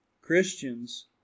Christians